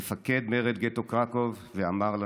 מפקד מרד גטו קרקוב, ואמר לנוכחים: